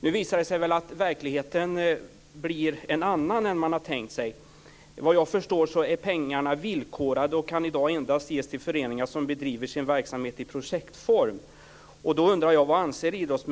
Nu visar det sig att verkligheten blir en annan än vad man hade tänkt sig. Vad jag förstår är pengarna villkorade och kan i dag endast ges till föreningar som bedriver sin verksamhet i projektform.